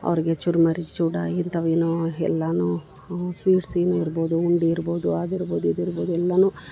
ಅವ್ರ್ಗೆ ಚುರುಮರಿ ಚೂಡ ಇಂತಾವ ಏನೋ ಎಲ್ಲಾನೂ ಸ್ವೀಟ್ಸ್ ಏನು ಇರ್ಬೋದು ಉಂಡಿ ಇರ್ಬೋದು ಆದ್ರ ಇರ್ಬೋದು ಇದು ಇರ್ಬೋದು ಎಲ್ಲನು